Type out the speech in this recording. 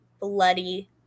bloody